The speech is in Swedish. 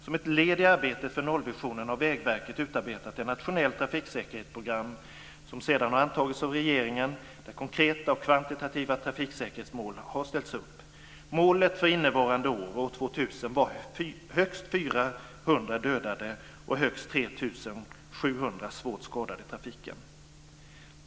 Som ett led i arbetet för nollvisionen har Vägverket utarbetat ett nationellt trafiksäkerhetsprogram, som sedan har antagits av regeringen, där konkreta och kvantitativa trafiksäkerhetsmål har ställts upp. Målet för innevarande år, år 2000, var högst 400 dödade och högst 3 700 svårt skadade i trafiken.